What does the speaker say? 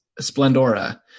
Splendora